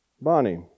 Bonnie